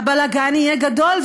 הבלגן יהיה גדול,